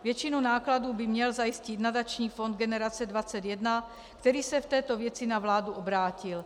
Většinu nákladů by měl zajistit nadační fond Generace 21, který se v této věci na vládu obrátil.